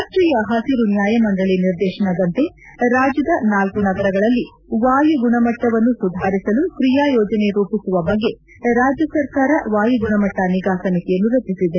ರಾಷ್ಟೀಯ ಹಸಿರು ನ್ಯಾಯಮಂಡಳಿ ನಿರ್ದೇಶನದಂತೆ ರಾಜ್ಯದ ನಾಲ್ಕು ನಗರಗಳಲ್ಲಿ ವಾಯು ಗುಣಮಟ್ಟವನ್ನು ಸುಧಾರಿಸಲು ಕ್ರಿಯಾ ಯೋಜನೆ ರೂಪಿಸುವ ಬಗ್ಗೆ ರಾಜ್ಯ ಸರ್ಕಾರ ವಾಯು ಗುಣಮಟ್ಟ ನಿಗಾ ಸಮಿತಿಯನ್ನು ರಚಿಸಿದೆ